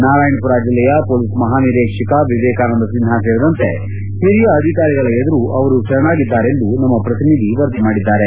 ನಾರಾಯಣಪುರ ಜಿಲ್ಲೆಯ ಪೊಲೀಸ್ ಮಹಾನಿರೀಕ್ಷಕ ವಿವೇಕಾನಂದ ಸಿನ್ಹಾ ಸೇರಿದಂತೆ ಹಿರಿಯ ಅಧಿಕಾರಿಗಳ ಎದುರು ಅವರು ಶರಣಾಗಿದ್ದಾರೆಂದು ನಮ್ಮ ಪ್ರತಿನಿಧಿ ವರದಿ ಮಾಡಿದ್ದಾರೆ